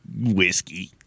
whiskey